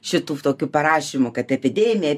šitų tokių parašymų kad epidemija